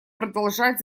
продолжать